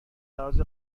لحاظ